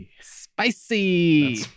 Spicy